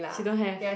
she don't have